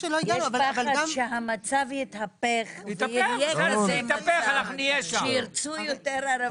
כשהמצב יתהפך, כשירצו יותר ערבים,